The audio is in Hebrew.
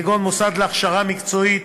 כגון מוסדות להכשרה מקצועית,